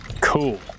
Cool